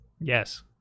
Yes